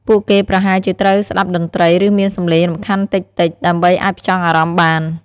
ពួកគេប្រហែលជាត្រូវស្ដាប់តន្ត្រី ឬមានសម្លេងរំខានតិចៗដើម្បីអាចផ្ចង់អារម្មណ៍បាន។